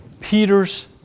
Peter's